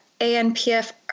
ANPF